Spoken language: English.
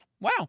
Wow